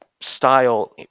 style